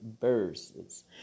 verses